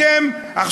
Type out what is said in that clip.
אתם,